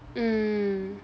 mm